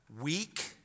weak